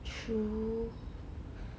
true